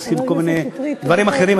בכל מיני דברים אחרים,